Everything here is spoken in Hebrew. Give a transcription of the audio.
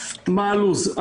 מה הלו"ז?